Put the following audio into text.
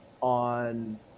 on